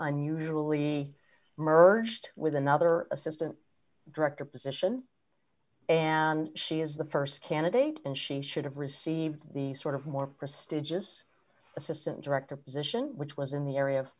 unusually merged with another assistant director position and she is the st candidate and she should have received the sort of more prestigious assistant director position which was in the area of